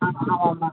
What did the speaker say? ஆமாம் ஆமாம் மேம்